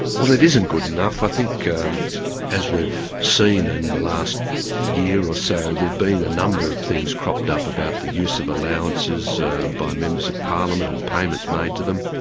well it isn't good enough. i think as we've seen in the last year or so, there's been a number of things cropped up about the use of allowances by members of parliament, and payments made to them.